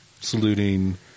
Saluting